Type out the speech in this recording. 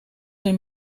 een